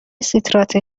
سیتراته